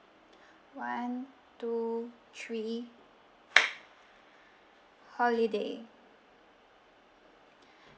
one two three holiday